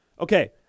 Okay